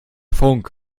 funk